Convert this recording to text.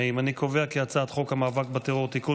להעביר את הצעת חוק המאבק בטרור (תיקון